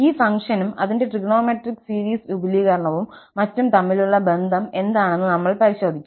ഈ ഫംഗ്ഷനും അതിന്റെ ട്രിഗണോമെട്രിക് സീരീസ് വിപുലീകരണവും മറ്റും തമ്മിലുള്ള ബന്ധം എന്താണെന്ന് നമ്മൾ പരിശോധിക്കും